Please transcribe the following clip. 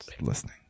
Listening